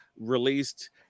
released